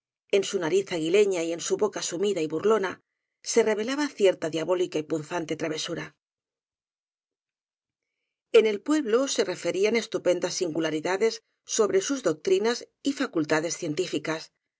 en su nariz aguileña y en su boca su mida y burlona se revelaba cierta diabólica y pun zante travesura en el pueblo se referían estupendas singulari dades sobre sus doctrinas y facultades científicas